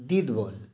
दिदवल